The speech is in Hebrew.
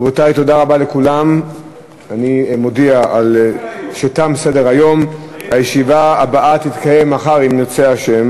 רבותי, בעד, 14, אין מתנגדים ואין נמנעים.